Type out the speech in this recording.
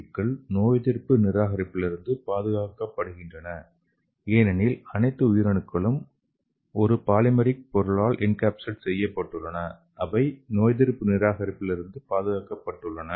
சிகள் நோயெதிர்ப்பு நிராகரிப்பிலிருந்து பாதுகாக்கப்படுகின்றன ஏனெனில் அனைத்து உயிரணுக்களும் ஒரு பாலிமெரிக் பொருளால் என்கேப்சுலேட் செய்யப்பட்டுள்ளன அவை நோயெதிர்ப்பு நிராகரிப்பிலிருந்து பாதுகாக்கப்படுகின்றன